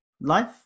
life